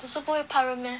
不是不会怕热 meh